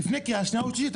לפני קריאה שנייה ושלישית.